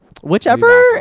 whichever